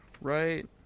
Right